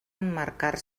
emmarcar